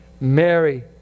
Mary